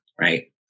right